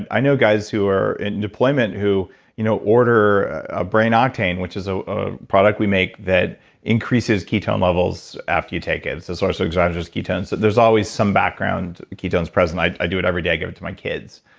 i know guys who are in deployment who you know order a brain octane which is ah a product we make that increase ketone levels after you take it. it's a source of exogenous ketones there's always some background of ketones present. i i do it every day, i give it to my kids.